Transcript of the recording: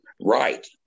Right